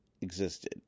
existed